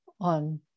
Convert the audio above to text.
on